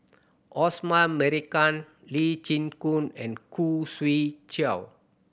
Osman Merican Lee Chin Koon and Khoo Swee Chiow